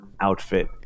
outfit